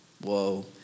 Whoa